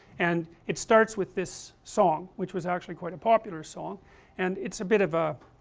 and it starts with this song which was actually quite a popular song and it's a bit of a